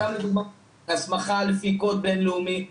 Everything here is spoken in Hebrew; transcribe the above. למשל הסמכה לפי קוד בינלאומי,